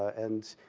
and,